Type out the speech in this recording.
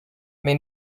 may